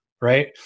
right